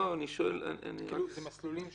זה מסלולים שונים.